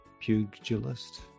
Pugilist